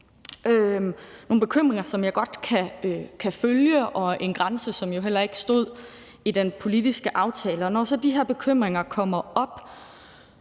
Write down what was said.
nogle bekymringer, som jeg godt kan følge, og en grænse, som jo heller ikke stod i de politiske aftaler. Og når så de her bekymringer kommer op,